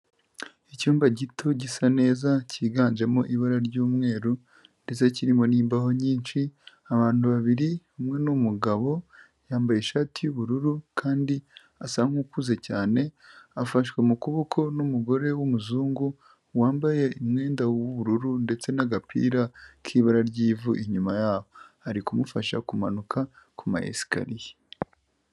Icyumba gito gisa neza cyiganjemo ibara ry'umweru, ndetse kirimo n'imbaho nyinshi, abantu babiri, umwe ni umugabo, yambaye ishati y'ubururu kandi asa nk'ukuze cyane, afashwe mu kuboko n'umugore w'umuzungu, wambaye umwenda w'ubururu ndetse n'agapira k'ibara ry'ivu inyuma yako. Ari kumufasha kumanuka ku ma esikariye.